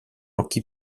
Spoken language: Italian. occhi